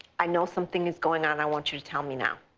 i know something is going on. i want you to tell me now.